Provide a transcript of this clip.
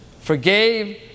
forgave